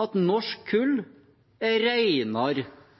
at norsk kull